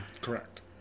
correct